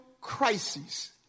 crisis